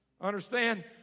Understand